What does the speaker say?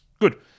good